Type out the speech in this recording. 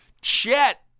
Chet